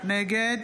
נגד